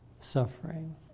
suffering